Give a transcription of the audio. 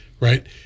right